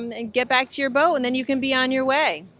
um and get back to your boat. and then you can be on your way.